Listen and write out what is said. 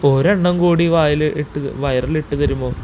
ഒരെണ്ണം കൂടി വായിൽ ഇട്ട് വയറിലിട്ട് തരുമോ